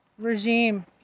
regime